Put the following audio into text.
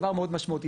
דבר מאוד משמעותי,